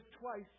twice